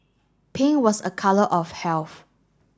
pink was a colour of health